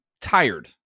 tired